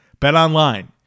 BetOnline